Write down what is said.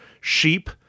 Sheep